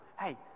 Hey